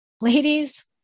ladies